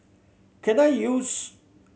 can I use